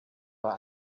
bei